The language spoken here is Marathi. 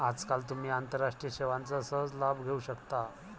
आजकाल तुम्ही आंतरराष्ट्रीय सेवांचा सहज लाभ घेऊ शकता